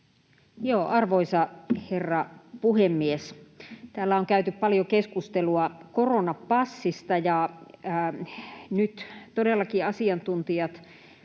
Arvoisa herra puhemies! Täällä on käyty paljon keskustelua koronapassista, ja nyt todellakin asiantuntijat